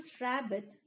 Rabbit